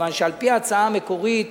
מכיוון שעל-פי ההצעה המקורית